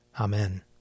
Amen